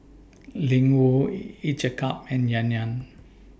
Ling Wu Each A Cup and Yan Yan